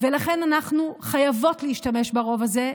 לכן אנחנו חייבות להשתמש ברוב הזה,